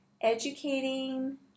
educating